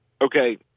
okay